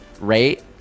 rate